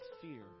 fear